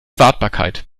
wartbarkeit